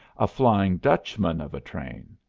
a flying dutchman of a train,